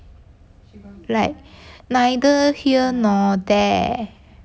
neither here or there